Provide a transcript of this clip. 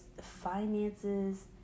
finances